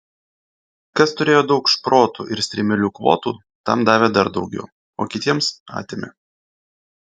kas turėjo daug šprotų ir strimelių kvotų tam davė dar daugiau o kitiems atėmė